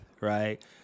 Right